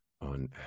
on